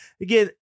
Again